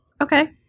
Okay